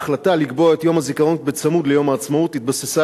ההחלטה לקבוע את יום הזיכרון בצמוד ליום העצמאות התבססה